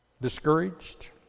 Discouraged